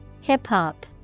Hip-hop